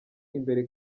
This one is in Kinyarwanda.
imbere